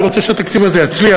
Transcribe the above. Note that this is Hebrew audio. אני רוצה שהתקציב הזה יצליח.